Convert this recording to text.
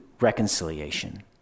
reconciliation